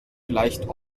gleicht